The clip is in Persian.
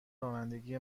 رانندگی